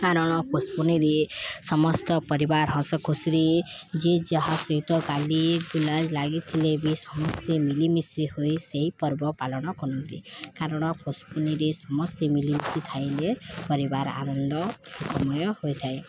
କାରଣ ପଶୁପୁନିରେ ସମସ୍ତ ପରିବାର ହସଖୁସିରେ ଯିଏ ଯାହା ସହିତ କାଲି ଗୁଲାଜ ଲାଗିଥିଲେ ବି ସମସ୍ତେ ମିଲିମିଶି ହୋଇ ସେଇ ପର୍ବ ପାଳନ କରନ୍ତି କାରଣ ପଶୁପୁନିରେ ସମସ୍ତେ ମିଲିମିଶି ଖାଇଲେ ପରିବାର ଆନନ୍ଦ ସମୟ ହୋଇଥାଏ